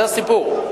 זה הסיפור.